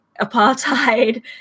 apartheid